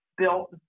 built